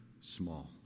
small